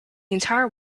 entire